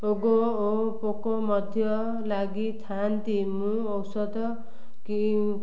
ରୋଗ ଓ ପୋକ ମଧ୍ୟ ଲାଗିଥାନ୍ତି ମୁଁ ଔଷଧ କି